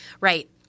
Right